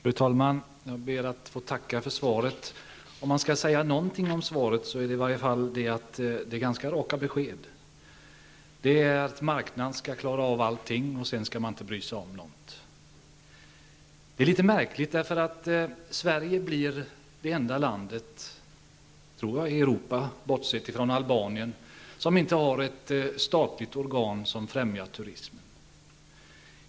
Fru talman! Jag ber att få tacka för svaret. Om man skall säga någonting om svaret, kan man säga att det i varje fall ger ganska raka besked. Marknaden skall klara allting, och man skall inte bry sig om någonting. Det är litet märkligt, därför att Sverige nog blir det enda land i Europa -- bortsett från Albanien -- som inte har ett statligt organ som främjar turism.